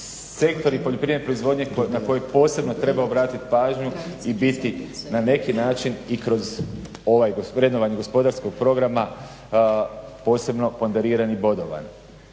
Sektori poljoprivredne proizvodnje na koje posebno treba obratiti pažnju i biti na neki način i kroz ovaj, vrednovanje gospodarskog programa posebno ponderiran i bodovan.